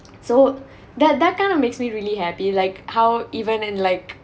so that that kind of makes me really happy like how even in like